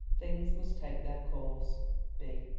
things must take their course b.